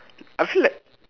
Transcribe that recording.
I feel like